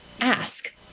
ask